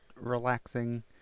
relaxing